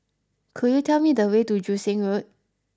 could you tell me the way to Joo Seng Road